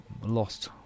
lost